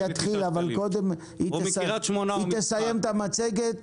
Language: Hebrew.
היא תסיים את המצגת